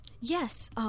Yes